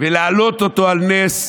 ולהעלות אותו על נס,